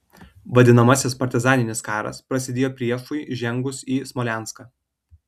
vadinamasis partizaninis karas prasidėjo priešui įžengus į smolenską